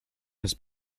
has